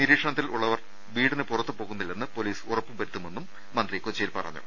നീരീക്ഷണത്തിൽ ഉള്ളവർ വീടിനു പുറത്തുപോകുന്നില്ലെന്ന് പൊലീസ് ഉറപ്പുവരു ത്തുമെന്നും മന്ത്രി കൊച്ചിയിൽ പറഞ്ഞു